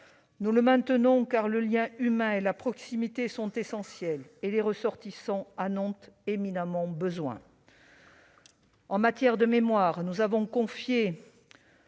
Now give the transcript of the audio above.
Nous le maintenons, car le lien humain et la proximité sont essentiels et les ressortissants en ont éminemment besoin. En matière de mémoire, nous avons confirmé